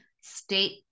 state